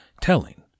telling